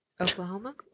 Oklahoma